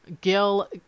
Gil